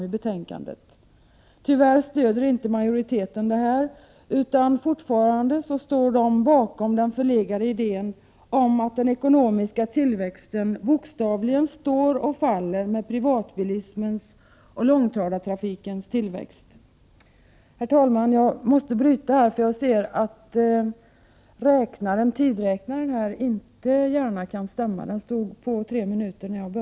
Majoriteten stöder tyvärr inte våra förslag utan står fortfarande bakom den förlegade idén om att den ekonomiska tillväxten bokstavligen står och faller med privatbilismens och långtradartrafikens tillväxt.